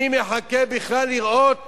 מי מחכה בכלל לראות